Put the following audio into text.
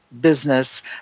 business